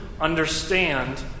understand